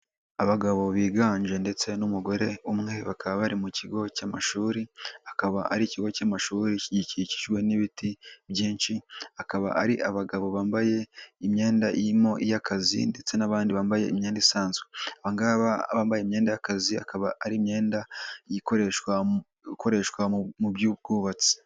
Abagabo biganje ndetse n'umugore umwe bakaba bari mu kigo cy'amashuri, akaba ari ikigo cy'amashuri gikikijwe n'ibiti byinshi, akaba ari abagabo bambaye imyenda irimo iy'akazi ndetse n'abandi bambaye imyenda isanzwe, abambaye imyenda y'akazi akaba ari imyenda ikoreshwa mu ikoreshwa mu by'ubwubatsi.